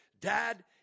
dad